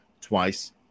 twice